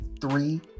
three